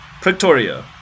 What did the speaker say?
Pretoria